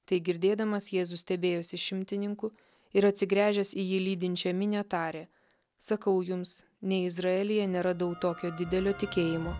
tai girdėdamas jėzus stebėjosi šimtininku ir atsigręžęs į jį lydinčią minią tarė sakau jums nei izraelyje neradau tokio didelio tikėjimo